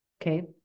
okay